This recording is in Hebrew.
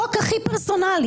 חוק הכי פרסונלי.